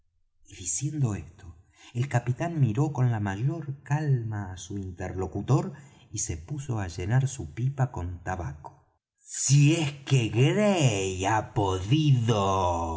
diciendo esto el capitán miró con la mayor calma á su interlocutor y se puso á llenar su pipa con tabaco si es que gray ha podido